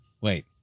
Wait